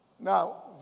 Now